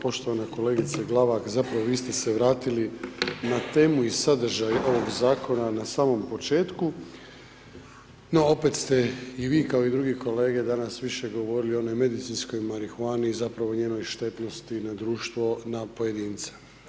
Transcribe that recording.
Poštovana kolegice Glavak, zapravo vi ste se vratili na temu iz sadržaja ovog zakona na samom početku no opet ste i vi kao i drugi kolege danas više govorili o onom medicinskoj marihuani i zapravo o njenoj štetnosti na društvo, na pojedinca.